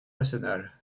national